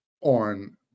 on